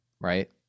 right